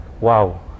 wow